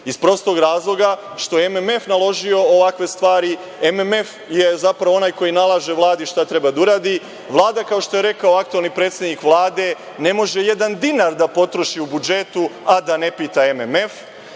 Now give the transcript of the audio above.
iz prostog razloga što je MMF naložio ovakve stvari. Zapravo je MMF onaj koji nalaže Vladi šta treba da uradi. Vlada, kao što je rekao aktuelni predsednik Vlade, ne može jedan dinar da potroši u budžetu, a da ne pita MMF.Sve